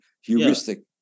heuristic